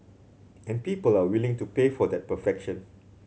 and people are willing to pay for that perfection